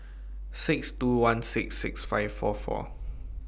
six two one six six five four four